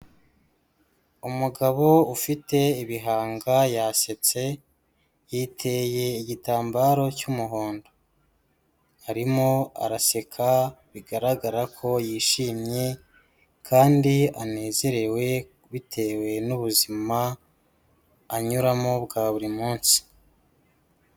Umugabo ufite ibihanga yasetse, yiteye igitambaro cy'umuhondo. Arimo araseka bigaragara ko yishimye kandi anezerewe bitewe n'ubuzima anyuramo bwa buri munsi.